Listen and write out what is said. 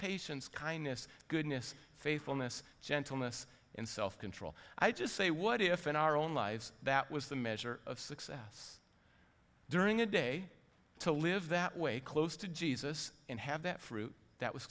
patience kindness goodness faithfulness gentleness and self control i just say what if in our own lives that was the measure of success during a day to live that way close to jesus and have that fruit that was